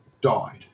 died